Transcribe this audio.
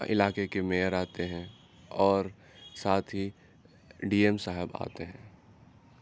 علاقے کے میئر آتے ہیں اور ساتھ ہی ڈی ایم صاحب آتے ہیں